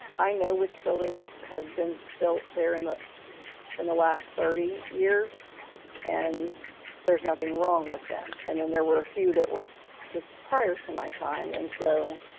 i know which buildings have been built there in the and the last thirty years and there's nothing wrong with them. and then there were a few that were just prior to my time. and so